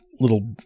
little